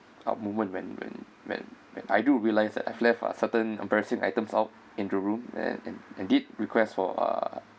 uh moment when when when when I do realize that I've left a certain embarrassing items out into the room and did request for a